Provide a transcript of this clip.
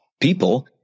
people